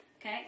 okay